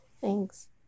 Thanks